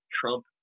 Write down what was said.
Trump